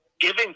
giving